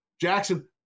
Jackson